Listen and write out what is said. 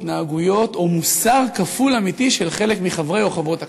התנהגויות או מוסר כפול אמיתי של חלק מחברי או חברות הכנסת.